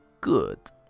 good